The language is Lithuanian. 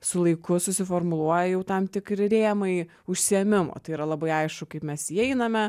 su laiku susiformuluoja jau tam tikri rėmai užsiėmimo tai yra labai aišku kaip mes įeiname